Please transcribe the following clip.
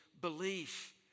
belief